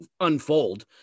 unfold